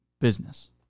business